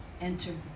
enter